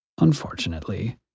unfortunately